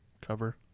cover